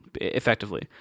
effectively